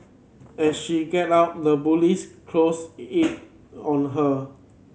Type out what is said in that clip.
as she get up the bullies close in on her